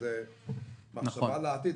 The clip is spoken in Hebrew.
כמחשבה לעתיד,